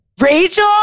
Rachel